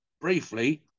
briefly